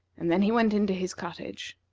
and then he went into his cottage.